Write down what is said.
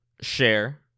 share